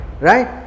right